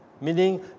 meaning